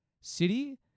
City